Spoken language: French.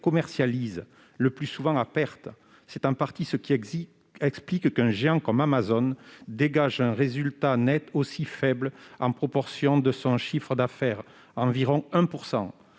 commercialisent, le plus souvent à perte. C'est en partie ce qui explique qu'un géant comme Amazon dégage un résultat net aussi faible en proportion de son chiffre d'affaires- environ 1 %.